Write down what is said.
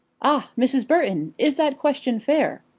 ah, mrs. burton, is that question fair?